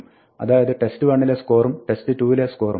അതായത് test1 ലെ സ്കോറും test2 ലെ സ്കോറും